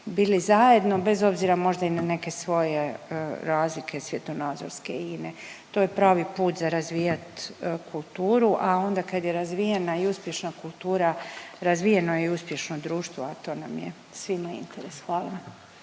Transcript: bili zajedno, bez obzira možda i na neke svoje razlike svjetonazorske i ine. To je pravi put za razvijat kulturu, a onda kad je razvijena i uspješna kultura razvijeno je i uspješno društvo, a to nam je svima interes. Hvala.